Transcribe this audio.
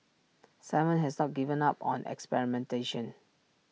simon has not given up on experimentation